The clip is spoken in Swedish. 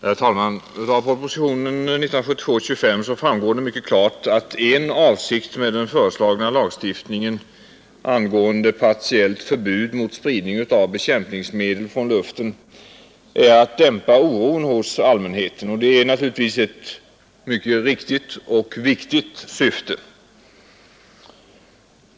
Herr talman! Av propositionen 25 år 1972 framgår det mycket klart att en avsikt med den föreslagna lagstiftningen angående partiellt förbud mot spridning av bekämpningsmedel från luften är att dämpa oron hos allmänheten, och det är naturligtvis ett mycket viktigt och riktigt syfte.